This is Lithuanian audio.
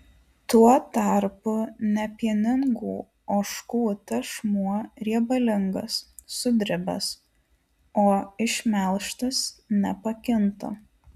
tuo tarpu nepieningų ožkų tešmuo riebalingas sudribęs o išmelžtas nepakinta